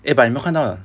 eh but 你有没看到